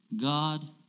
God